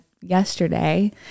yesterday